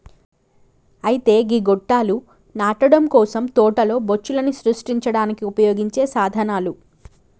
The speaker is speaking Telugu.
అయితే గీ గొట్టాలు నాటడం కోసం తోటలో బొచ్చులను సృష్టించడానికి ఉపయోగించే సాధనాలు